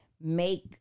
make